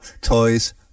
Toys